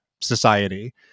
society